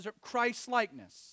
Christ-likeness